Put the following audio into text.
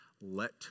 let